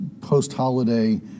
post-holiday